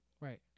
Right